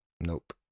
Nope